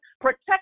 protect